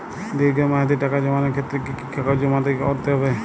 দীর্ঘ মেয়াদি টাকা জমানোর ক্ষেত্রে কি কি কাগজ জমা করতে হবে?